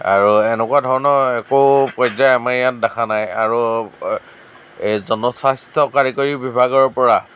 আৰু এনেকুৱা ধৰণৰ একো পৰ্যায় আমাৰ ইয়াত দেখা নাই আৰু এই জনস্বাস্থ্য কাৰিকৰী বিভাগৰ পৰা